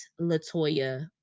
latoya